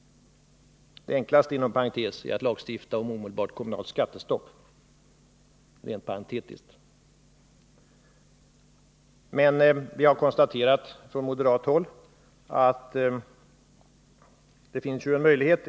Det enklaste — detta säger jag rent parentetiskt — är att lagstifta om omedelbart kommunalt skattestopp. Vi har konstaterat från moderat håll att det finns en annan möjlighet.